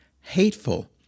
hateful